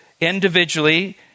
individually